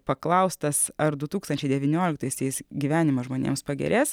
paklaustas ar du tūkstančiai devynioliktaisiais gyvenimas žmonėms pagerės